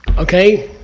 okay,